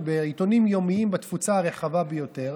בעיתונים יומיים בתפוצה הרחבה ביותר,